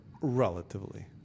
relatively